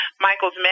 Michael's